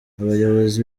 abayobozi